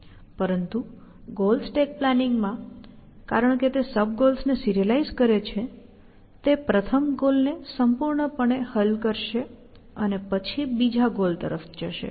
પરંતુ goal stack planning માં કારણ કે તે સબ ગોલ્સને સિરીઅલાઈઝ કરે છે તે પ્રથમ ગોલને સંપૂર્ણપણે હલ કરશે અને પછી બીજા ગોલ તરફ જશે